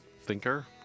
thinker